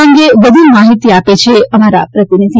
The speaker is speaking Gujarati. આ અંગે વધુ માહિતી આપે છે અમારા પ્રતિનિધિ